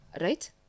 Right